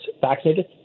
vaccinated